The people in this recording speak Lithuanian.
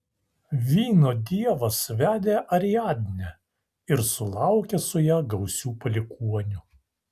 vyno dievas vedė ariadnę ir sulaukė su ja gausių palikuonių